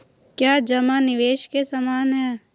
क्या जमा निवेश के समान है?